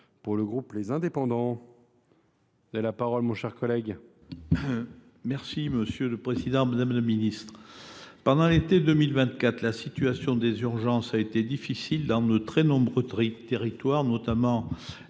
M. Daniel Chasseing. Madame la ministre, pendant l’été 2024, la situation des urgences a été difficile dans de nombreux territoires, notamment